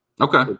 Okay